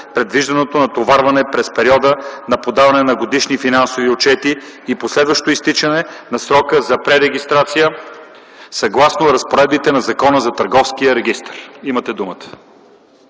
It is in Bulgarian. предвижданото натоварване през периода на подаване на годишни финансови отчети и последващо изтичане на срока за пререгистрация, съгласно разпоредбите на Закона за Търговския регистър. Имате думата.